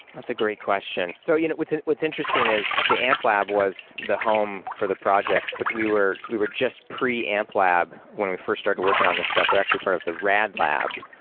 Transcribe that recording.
that's a great question. so you know what's what's interesting is the amplab was the home for the projects, but we were we were just pre-amplab when we first started working on this stuff. we're actually part of the rad lab.